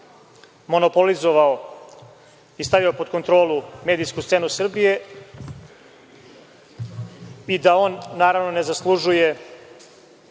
monopolizovao i stavljao pod kontrolu medijsku scenu Srbije i da on, naravno, ne zaslužuje